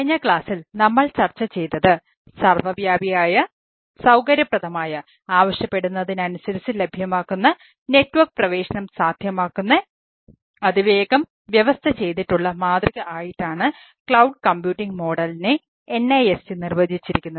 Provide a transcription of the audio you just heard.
കഴിഞ്ഞ ക്ലാസ്സിൽ NIST നിർവചിച്ചിരിക്കുന്നത്